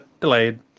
delayed